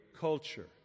culture